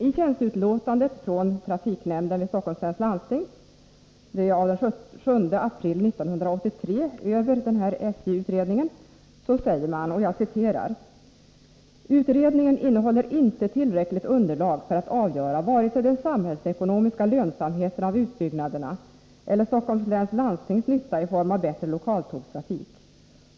I tjänsteutlåtandet över SJ:s utredning från trafiknämnden vid Stockholms läns landsting sägs den 7 april 1983: Utredningen innehåller inte tillräckligt med underlag för att avgöra vare sig den samhällsekonomiska lönsamheten av utbyggnaderna eller SLL:s nytta i form av bättre lokaltågstrafik.